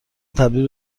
تبدیل